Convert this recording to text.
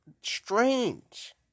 strange